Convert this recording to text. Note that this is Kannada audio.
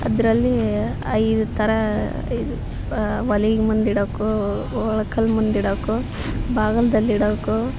ಅದರಲ್ಲಿ ಐದು ಥರ ಇದು ಒಲಿಗೆ ಮುಂದೆ ಇಡಕ್ಕೆ ಒಳ್ಕಲ್ಲ ಮುಂದೆ ಇಡಕ್ಕೆ ಬಾಗಲ್ದಲ್ಲಿ ಇಡಕ್ಕೆ